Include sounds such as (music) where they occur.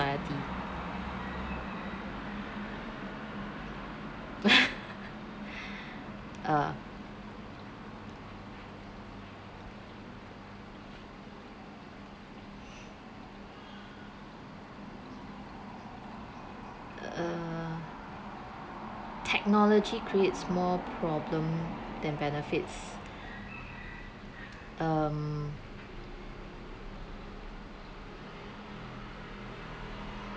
(laughs) ah err technology creates more problem than benefits um